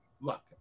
Look